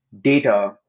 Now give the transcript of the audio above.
data